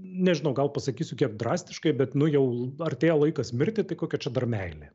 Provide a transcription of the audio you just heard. nežinau gal pasakysiu kiek drastiškai bet nu jau artėja laikas mirti tai kokia čia dar meilė